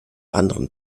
anderen